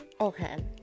Okay